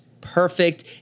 perfect